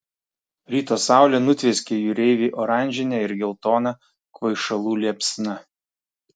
ryto saulė nutvieskė jūreivį oranžine ir geltona kvaišalų liepsna